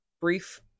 brief